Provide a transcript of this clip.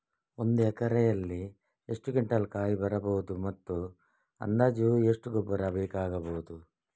ಒಂದು ಎಕರೆಯಲ್ಲಿ ಎಷ್ಟು ಕ್ವಿಂಟಾಲ್ ಕಾಯಿ ಬರಬಹುದು ಮತ್ತು ಅಂದಾಜು ಎಷ್ಟು ಗೊಬ್ಬರ ಬೇಕಾಗಬಹುದು?